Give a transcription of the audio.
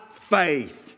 faith